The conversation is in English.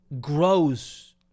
grows